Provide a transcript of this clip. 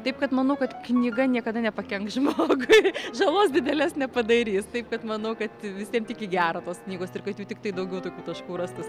taip kad manau kad knyga niekada nepakenks žmogui žalos didelės nepadarys taip kad manau kad visiem tik į gera tos knygos ir kad jų tiktai daugiau tokių taškų rastųs